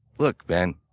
look, man,